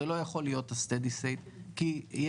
זה לא יכול להיות ה- steady stateכי אי